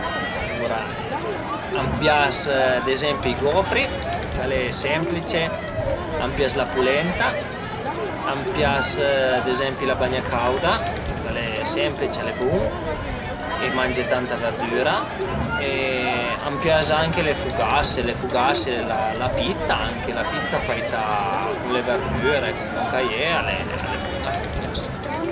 Alura a m'pias ad ezempi i gofri ch'al e semplice, a m'pias la pulenta, a m'pias ad ezempi la bagna cauda ch'al e semplice, al e bun e mangé tanta verdüra e a m'pias anche le fugase, le fugase, la pizza anche, la pizza faita cun le verdüre, cun lon ch'a ie al e bun-a, a m'pias